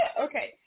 Okay